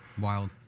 Wild